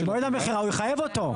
במועד המכירה הוא יחייב אותו.